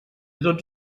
tots